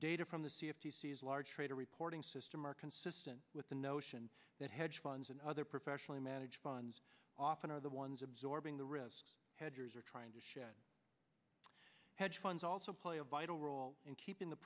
data from the sea if he sees a large trader reporting system are consistent with the notion that hedge funds and other professionally managed funds often are the ones absorbing the risks hedgers are trying to shed hedge funds also play a vital role in keeping the